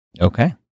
Okay